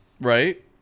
right